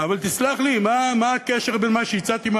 אבל תסלח לי, מה הקשר למה שהצעתי?